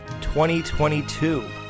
2022